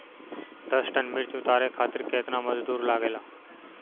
दस टन मिर्च उतारे खातीर केतना मजदुर लागेला?